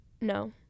No